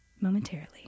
momentarily